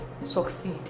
succeed